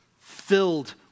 filled